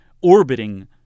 orbiting